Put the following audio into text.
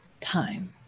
time